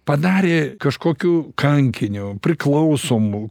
padarė kažkokiu kankiniu priklausomu